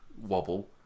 wobble